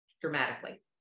dramatically